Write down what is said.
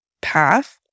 path